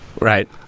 right